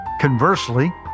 Conversely